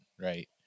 Right